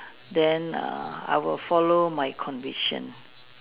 then err I will follow my conviction